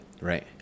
Right